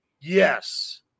Yes